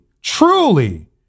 truly